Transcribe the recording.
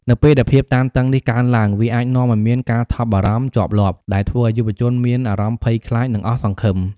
នៅពេលដែលភាពតានតឹងនេះកើនឡើង វាអាចនាំឱ្យមាន ការថប់បារម្ភជាប់លាប់ ដែលធ្វើឱ្យយុវជនមានអារម្មណ៍ភ័យខ្លាច និងអស់សង្ឃឹម។